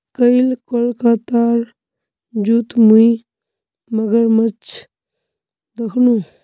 कईल कोलकातार जूत मुई मगरमच्छ दखनू